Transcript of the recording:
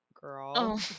girl